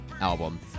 album